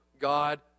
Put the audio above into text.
God